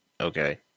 Okay